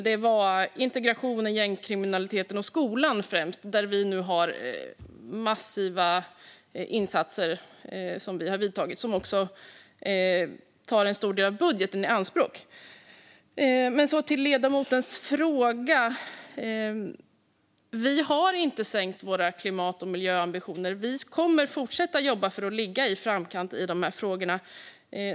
Det var främst integrationen, gängkriminaliteten och skolan, där vi nu har massiva insatser som vi har vidtagit och som tar en stor del av budgeten i anspråk. Men till ledamotens fråga: Vi har inte sänkt våra klimat och miljöambitioner. Vi kommer att fortsätta att jobba för att ligga i framkant i de här frågorna.